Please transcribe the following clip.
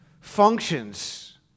functions